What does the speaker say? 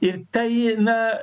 ir tai na